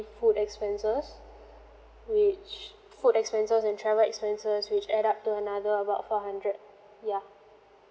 food expenses which food expenses and travel expenses which at up to another about four hundred yeah